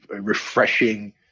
refreshing